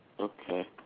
Okay